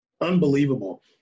Unbelievable